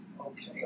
okay